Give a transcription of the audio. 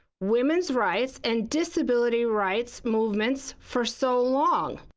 women's rights, and disability rights movements, for so long?